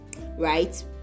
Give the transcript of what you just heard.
right